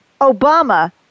Obama